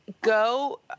go